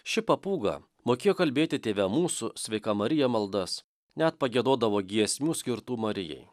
ši papūga mokėjo kalbėti tėve mūsų sveika marija maldas net pagiedodavo giesmių skirtų marijai